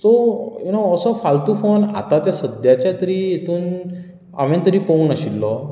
so you know असो फाल्तू phone आतांच्या सद्द्याच्या तरी हातूंत हांवे तरी पळोवंक नाशिल्लो